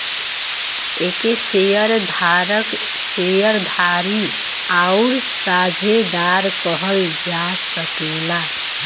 एके शेअर धारक, शेअर धारी आउर साझेदार कहल जा सकेला